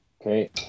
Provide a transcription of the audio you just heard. Okay